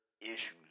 issues